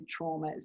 traumas